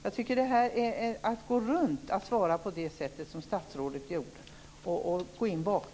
Jag tycker att statsrådets sätt att svara innebär ett kringgående av problemet.